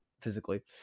physically